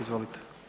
Izvolite.